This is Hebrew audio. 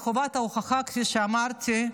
חובת ההוכחה, כפי שאמרתי,